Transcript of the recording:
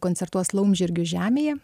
koncertuos laumžirgių žemėje